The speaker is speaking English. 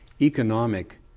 economic